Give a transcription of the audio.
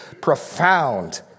profound